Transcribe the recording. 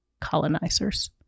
colonizers